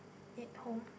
it home